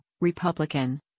Republican